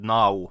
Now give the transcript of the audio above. now